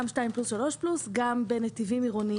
גם שתיים פלוס שלוש פלוס, גם בנתיבים עירוניים.